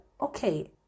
okay